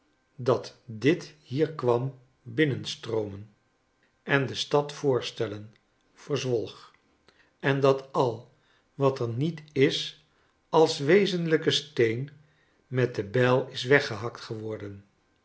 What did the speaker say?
dat dit hier kwam binnenstroomen en de stad voorstellen verzwolg en dat al wat er niet is als wezenlijke steen met de bijl is weggehakt geworden